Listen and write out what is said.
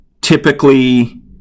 typically